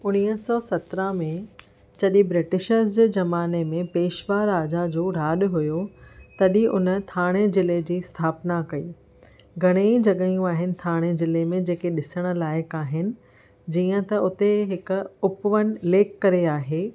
उणिवीह सौ सत्रहं में जॾहिं ब्रिटिशर्ज़ जे ज़माने में पेशवा राजा जो राॼु हुओ तॾहिं हुन ठाणे ज़िले जी स्थापना कई घणी जॻहियूं आहिनि ठाणे ज़िले में जेके ॾिसण लाइक़ु आहिनि जीअं त हुते हिकु उपवन लेक करे आहे